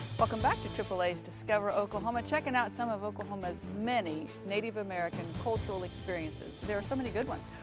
welcome back to aaa's discover oklahoma checkin' out some of oklahoma's many native american cultural experiences. there are so many good ones.